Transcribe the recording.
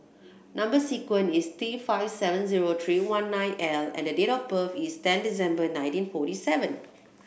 number sequence is T five seven zero three one nine L and the date of birth is ten December nineteen forty seven